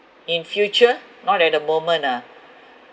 in future not at the moment lah